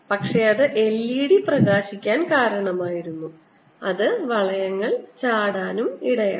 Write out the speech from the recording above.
പക്ഷേ അത് LED പ്രകാശിക്കാൻ കാരണമായിരുന്നു അത് വളയങ്ങൾ ചാടാൻ ഇടയാക്കി